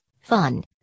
fun